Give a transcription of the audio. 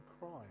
crime